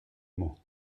mot